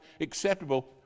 acceptable